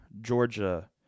Georgia